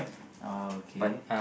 oh okay